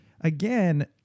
again